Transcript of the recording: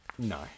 No